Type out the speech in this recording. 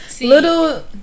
little